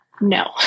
no